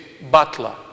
butler